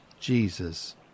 Jesus